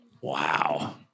Wow